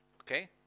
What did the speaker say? okay